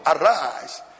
Arise